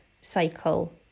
cycle